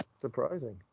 surprising